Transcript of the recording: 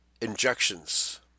injections